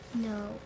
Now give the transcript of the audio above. No